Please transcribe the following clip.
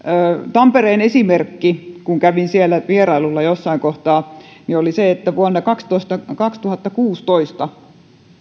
tampereen esimerkki kun kävin siellä vierailulla jossain kohtaa oli se että vuonna kaksituhattakuusitoista